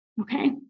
Okay